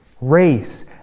race